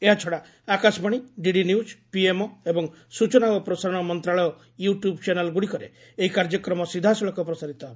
ଏହାଛଡ଼ା Akashvani DD news PMO ଏବଂ ସ୍ଚଚନା ଓ ପ୍ରସାରଣ ମନ୍ତ୍ରଣାଳୟ ୟୁଟ୍ୟୁବ୍ ଚ୍ୟାନେଲ୍ଗୁଡ଼ିକରେ ଏହି କାର୍ଯ୍ୟକ୍ରମ ସିଧାସଳଖ ପ୍ରସାରିତ ହେବ